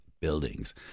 buildings